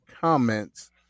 comments